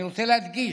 אני רוצה להדגיש: